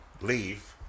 leave